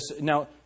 Now